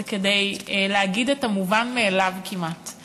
זה כדי להגיד את המובן מאליו כמעט.